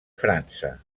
frança